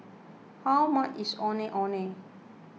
how much is Ondeh Ondeh